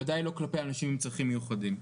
ודאי לא כלפי אנשים עם צרכים מיוחדים.